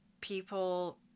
people